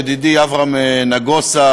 ידידי אברהם נגוסה,